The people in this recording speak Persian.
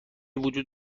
وجود